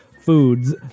foods